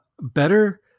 better